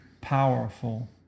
powerful